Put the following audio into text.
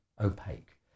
opaque